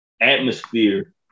atmosphere